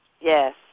Yes